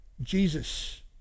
Jesus